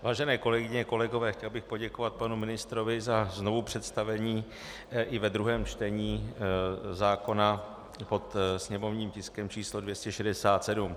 Vážené kolegyně, kolegové, chtěl bych poděkovat panu ministrovi za znovupředstavení i ve druhém čtení zákona pod sněmovním tiskem číslo 267.